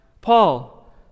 Paul